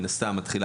מן הסתם,